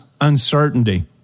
uncertainty